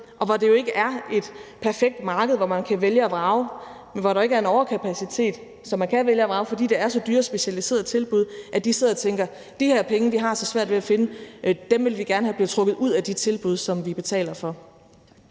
Det er jo ikke et perfekt marked, hvor man kan vælge og vrage. Der er ikke en overkapacitet, så man kan vælge og vrage, fordi de specialiserede tilbud er så dyre. De sidder ikke og tænker: De her penge, vi har så svært ved at finde, vil vi gerne have bliver trukket ud af de tilbud, som vi betaler for.